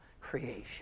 creation